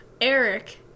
Eric